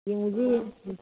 ꯌꯦꯡꯉꯨꯁꯤ ꯌꯦꯡꯉꯨꯁꯤ